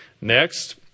Next